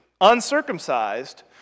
uncircumcised